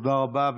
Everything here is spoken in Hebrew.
תודה רבה.